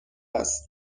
است